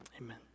amen